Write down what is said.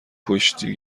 کشتی